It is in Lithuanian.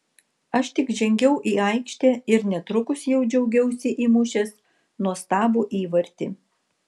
aš tik žengiau į aikštę ir netrukus jau džiaugiausi įmušęs nuostabų įvartį